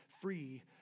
free